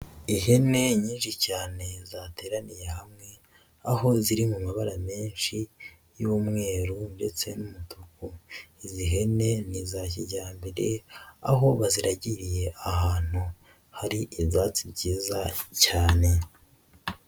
Ihene nyinshi cyane zateraniye hamwe aho ziri mu mabara menshi y'umweru ndetse n'umutuku, izi hene ni iza kijyambere aho baziragiriye ahantu hari ibyatsi byiza cyane.